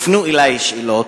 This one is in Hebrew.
הופנו אלי שאלות,